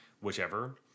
whichever